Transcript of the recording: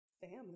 Family